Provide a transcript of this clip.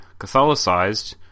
Catholicized